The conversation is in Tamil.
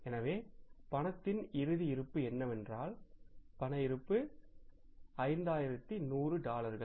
எனவே ரொக்கத்தின் இறுதி இருப்பு என்னவென்றால் ரொக்க இருப்பு 5100 டாலர்கள்